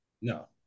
No